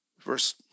Verse